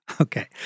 Okay